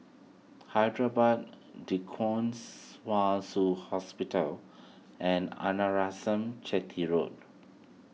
Hyderabad D Kwong Wai Shiu Hospital and Arnasalam Chetty Road